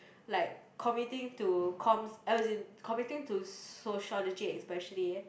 like commiting to comms as in committing to sociology especially eh